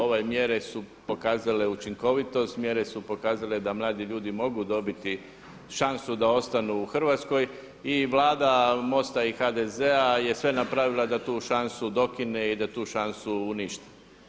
Ove mjere su pokazale učinkovitost, mjere su pokazale da mladi ljudi mogu dobiti šansu da ostanu u Hrvatskoj i Vlada MOST-a i HDZ-a je sve napravila da tu šansu dokine i da tu šansu uništi.